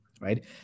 Right